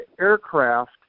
aircraft